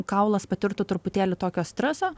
kaulas patirtų truputėlį tokio streso